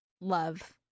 Love